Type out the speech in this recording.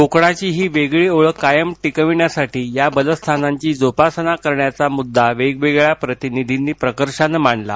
कोकणाची ही वेगळी ओळख कायम टिकविण्यासाठी या बलस्थानांची जोपासना करण्याचा मुद्दा वेगवेगळ्या प्रतिनिधींनी प्रकर्षानं मांडला